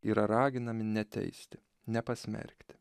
yra raginami neteisti nepasmerkti